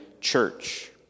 church